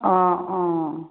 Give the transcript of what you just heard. অঁ অঁ